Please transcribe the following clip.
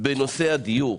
בנושא הדיור.